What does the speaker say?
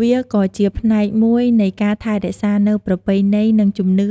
វាក៏ជាផ្នែកមួយនៃការថែរក្សានូវប្រពៃណីនិងជំនឿ